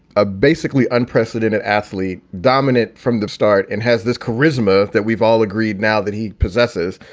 a basically unprecedented athlete, dominant from the start and has this charisma that we've all agreed now that he possesses.